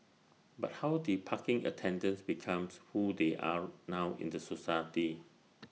but how did parking attendants becomes who they are now in the society